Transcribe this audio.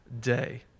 day